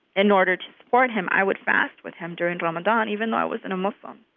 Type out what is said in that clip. in order to support him, i would fast with him during ramadan even though i wasn't a muslim